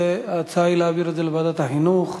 ההצעה היא להעביר את זה לוועדת החינוך.